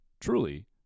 truly